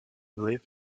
vliv